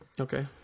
Okay